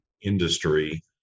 industry